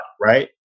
right